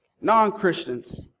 Non-Christians